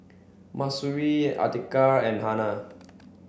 Mahsuri Atiqah and Hana